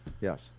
yes